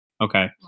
Okay